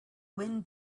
wind